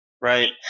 right